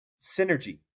synergy